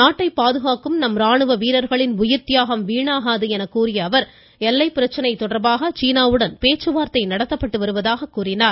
நாட்டை பாதுகாக்கும் நம் ராணுவ வீரர்களின் உயிர்த்தியாகம் வீணாகாது என்று கூறிய அவர் எல்லைப் பிரச்னை தொடர்பாக சீனாவுடன் பேச்சுவார்த்தை நடத்தப்பட்டு வருவதாகவும் தெரிவித்தார்